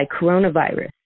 coronavirus